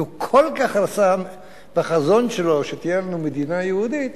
כי הוא כל כך רצה בחזון שלו שתהיה מדינה יהודית,